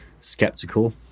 skeptical